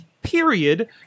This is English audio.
period